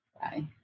Bye